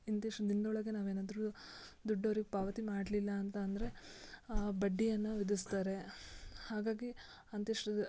ಇಂತಿಷ್ಟು ದಿನದೊಳಗೆ ನಾವು ಏನಾದರು ದುಡ್ಡು ಅವ್ರಿಗೆ ಪಾವತಿ ಮಾಡಲಿಲ್ಲ ಅಂತ ಅಂದರೆ ಬಡ್ಡಿಯನ್ನು ವಿಧಿಸ್ತಾರೆ ಹಾಗಾಗಿ ಅಂತಿಷ್ಟು